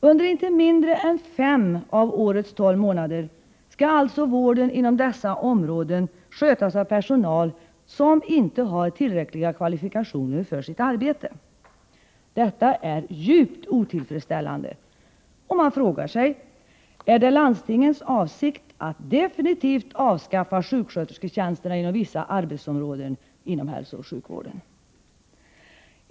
Under inte mindre än fem av årets tolv månader skall alltså vården inom dessa områden skötas av personal som inte har tillräckliga kvalifikationer för sitt arbete. Detta är djupt otillfredsställande, och man frågar sig: Är det landstingens avsikt att definitivt avskaffa sjukskötersketjänsterna inom vissa arbetsområden inom hälsooch sjukvården?